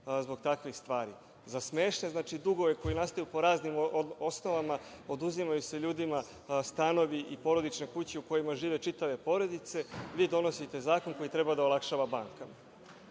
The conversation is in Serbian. zbog takvih stvari, za smešne dugove koji nastaju po raznim ostavama oduzimaju se ljudima stanovi i porodične kuće u kojima žive čitave porodice, vi donosite zakon koji treba da olakšava bankama. Šta